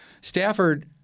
Stafford